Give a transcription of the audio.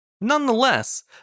Nonetheless